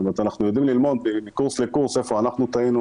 אנחנו יודעים ללמוד מקורס לקורס איפה אנחנו טעינו,